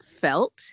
felt